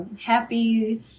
happy